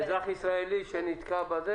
אבל אזרח ישראלי שנתקע?